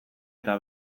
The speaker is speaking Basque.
eta